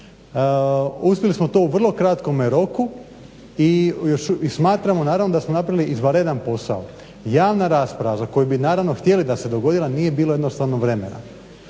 Uspjeli smo to u vrlo kratkom roku i smatramo naravno da smo napravili izvanredan posao. Javna rasprava za koju bi naravno htjeli da se dogodila nije bilo jednostavno vremena.